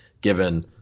given